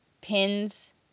pins